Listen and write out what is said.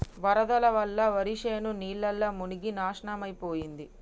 వరదల వల్ల వరిశేను నీళ్లల్ల మునిగి నాశనమైపోయింది